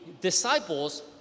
disciples